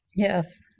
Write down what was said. Yes